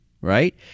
right